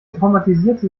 traumatisierte